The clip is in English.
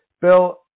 Bill